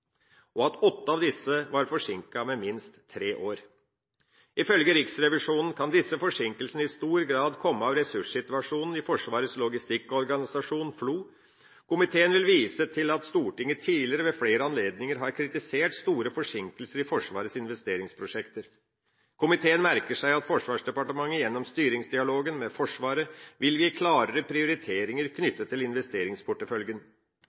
og at åtte av disse var forsinket med minst tre år. Ifølge Riksrevisjonen kan disse forsinkelsene i stor grad komme av ressurssituasjonen i Forsvarets logistikkorganisasjon, FLO. Komiteen vil vise til at Stortinget tidligere ved flere anledninger har kritisert store forsinkelser i Forsvarets investeringsprosjekter. Komiteen merker seg at Forsvarsdepartementet gjennom styringsdialogen med Forsvaret vil gi klare prioriteringer